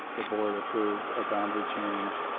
the board approved a boundary change.